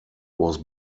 was